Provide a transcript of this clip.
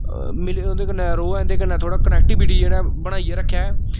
मि उंदे कन्नै रोवै इंदे कन्नै थोह्ड़ा कनैक्टिविटी जेह्ड़ा बनाइयै रक्खै